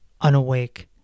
unawake